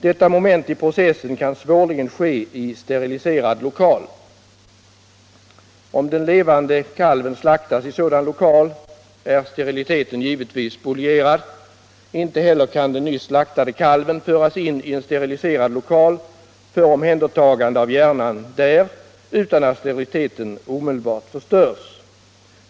Detta moment i processen kan svårligen ske i steriliserad lokal. Om den levande kalven slaktas i sådan lokal är steriliteten givetvis spolierad. Inte heller kan den nyss slaktade kalven föras in i en steriliserad lokal för omhändertagande av hjärnan där utan att steriliteten omedelbart förstörs.